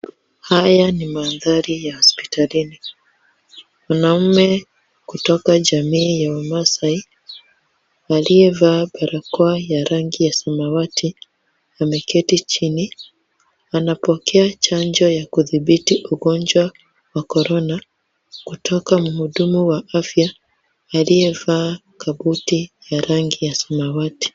Haya ni mandhari ya hospitalini. Mwanaume kutoka jamii ya umaasai aliyevaa barakoa ya rangi ya samawati, ameketi chini. Anapokea chanjo ya kudhibiti ugonjwa wa corona kutoka muhudumu wa afya aliyevaa kabuti ya rangi ya samawati.